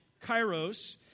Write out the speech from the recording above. kairos